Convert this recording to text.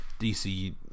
DC